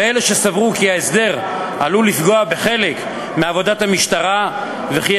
ואלה שסברו כי ההסדר עלול לפגוע בחלק מעבודת המשטרה וכי